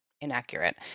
inaccurate